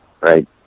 Right